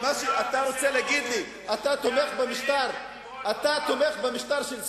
אתה רוצה להגיד לי שאתה תומך במשטר של סין,